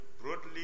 broadly